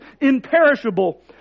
imperishable